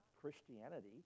Christianity